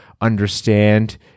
understand